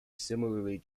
similarly